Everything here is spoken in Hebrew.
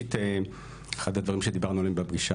ראשית אחד הדברים שדיברנו עליהם בפגישה